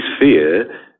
fear